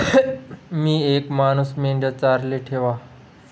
मी येक मानूस मेंढया चाराले ठेवा